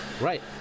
right